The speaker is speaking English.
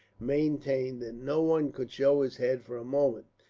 maintained, that no one could show his head for a moment,